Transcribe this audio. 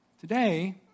today